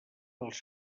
dels